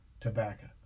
tobacco